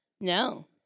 No